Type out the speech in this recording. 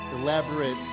elaborate